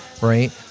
right